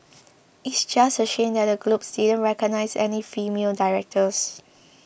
it's just a shame that the Globes didn't recognise any female directors